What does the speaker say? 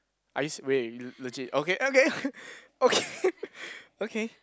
are you se~ wait wait you you legit okay okay okay okay